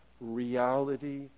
reality